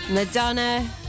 Madonna